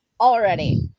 already